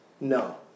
No